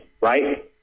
right